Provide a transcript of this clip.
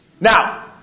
Now